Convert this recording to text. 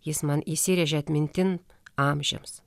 jis man įsirėžė atmintin amžiams